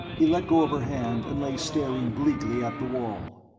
he let go of her hand and lay staring bleakly at the wall.